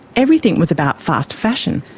everything was about fast fashion.